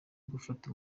gufata